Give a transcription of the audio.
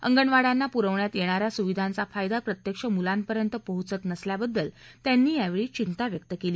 अंगणवाङ्यांना पुरवण्यात येणा या सुविधांचा फायदा प्रत्यक्ष मुलांपर्यंत पोहचत नसल्याबद्दल त्यांनी चिंता व्यक्त केली